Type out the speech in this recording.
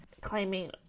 claiming